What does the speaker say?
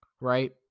Right